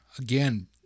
again